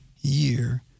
year